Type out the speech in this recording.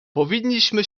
powinniśmy